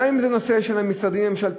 גם אם זה נושא של המשרדים הממשלתיים,